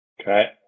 Okay